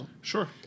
Sure